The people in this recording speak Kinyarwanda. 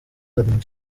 umukinnyi